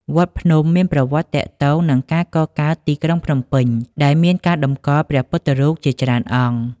វត្តភ្នំមានប្រវត្តិទាក់ទងនឹងការកកើតទីក្រុងភ្នំពេញ ដែលមានការតម្កល់ព្រះពុទ្ធរូបជាច្រើនអង្គ។